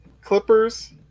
clippers